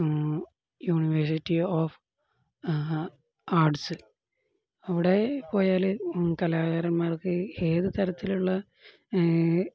university of arts അവിടെ പോയാല് കലാകാരന്മാർക്ക് ഏതു തരത്തിലുള്ള